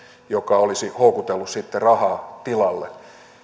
joka olisi houkutellut sitten rahaa tilalle